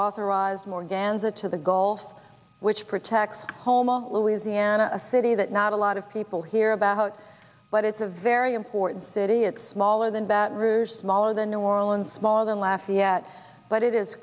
authorized more ganza to the gulf which protects houma louisiana a city that not a lot of people hear about but it's a very important city it's smaller than baton rouge smaller than new orleans smaller than laugh yet but it is